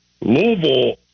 Louisville